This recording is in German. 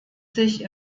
sich